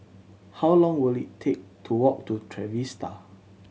how long will it take to walk to Trevista